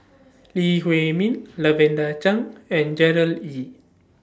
Lee Huei Min Lavender Chang and Gerard Ee